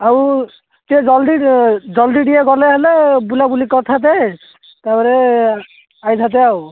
ଆଉ ଟିକେ ଜଲଦି ଜଲଦି ଟିକେ ଗଲେ ହେଲେ ବୁଲାବୁଲି କରିଥାନ୍ତେ ତା'ପରେ ଆସିଥାନ୍ତେ ଆଉ